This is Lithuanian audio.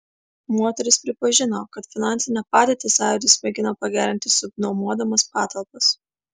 moteris pripažino kad finansinę padėtį sąjūdis mėgina pagerinti subnuomodamas patalpas